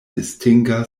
distinga